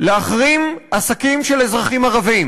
להחרים עסקים של אזרחים ערבים.